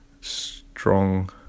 strong